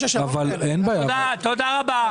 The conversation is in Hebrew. תודה רבה.